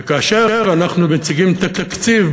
וכאשר אנחנו מציגים תקציב,